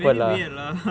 very weird lah